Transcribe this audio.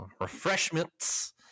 refreshments